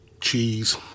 cheese